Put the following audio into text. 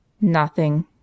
Nothing